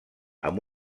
amb